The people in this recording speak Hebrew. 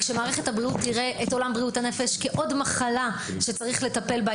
כשמערכת הבריאות תראה את עולם בריאות הנפש כעוד מחלה שצריך לטפל בה,